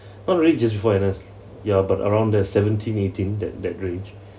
not really just before N_S yeah but around that seventeen eighteen that that range